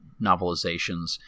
novelizations